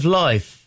life